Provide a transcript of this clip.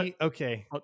okay